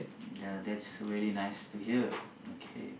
ya that's really nice to hear okay